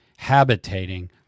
habitating